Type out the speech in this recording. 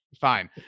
Fine